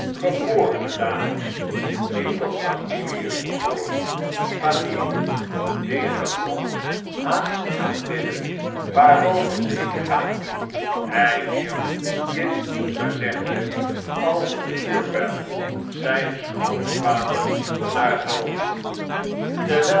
geborene dames die tot familien behooren familien die den grond haast aanbidden waarover ik ga hij wierp dit gezegde als een vuurpijl zijn schoonvader naar het hoofd terwijl